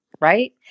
right